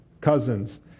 cousins